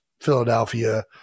Philadelphia